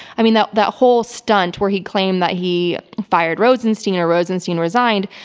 i mean, that that whole stunt where he claimed that he fired rosenstein, or rosenstein resigned,